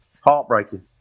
Heartbreaking